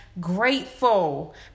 grateful